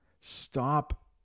Stop